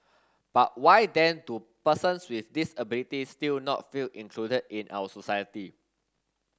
but why then do persons with disabilities still not feel included in our society